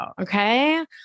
Okay